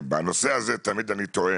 בנושא הזה אני תמיד טוען